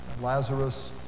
Lazarus